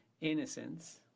innocence